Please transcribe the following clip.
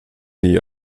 nie